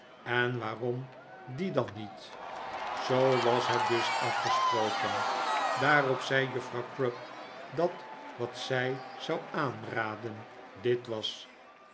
en waarom die dan niet zoo was dat dus afgesproken daarop zei juffrouw crupp dat wat zij zou aanraden dit was